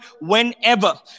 Whenever